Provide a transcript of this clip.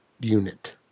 unit